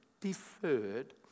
deferred